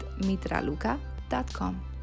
mitraluka.com